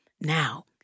Now